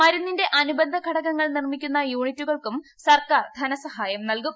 മരുന്നിന്റെ അനുബന്ധ ഘടകങ്ങൾ നിർമ്മിക്കുന്ന യൂണിറ്റുകൾക്കും സർക്കാർ ധനസഹായം നൽകും